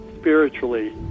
spiritually